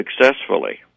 successfully